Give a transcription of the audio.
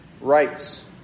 Rights